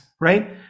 right